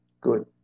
Good